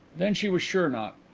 then she was sure not.